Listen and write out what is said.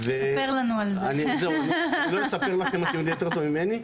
אני לא אספר לכם, אתם יודעים יותר טוב ממני.